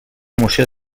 moció